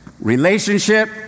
relationship